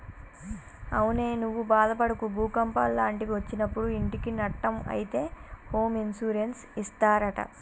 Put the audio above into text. అవునే నువ్వు బాదపడకు భూకంపాలు లాంటివి ఒచ్చినప్పుడు ఇంటికి నట్టం అయితే హోమ్ ఇన్సూరెన్స్ ఇస్తారట